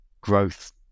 growth